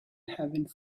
having